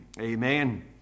Amen